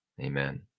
amen